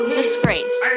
disgrace